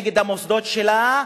נגד המוסדות שלה,